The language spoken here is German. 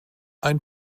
ein